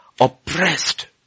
oppressed